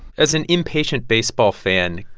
as an impatient baseball fan,